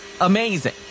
amazing